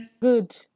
Good